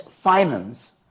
finance